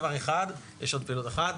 יש עוד פעילות אחת,